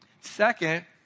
Second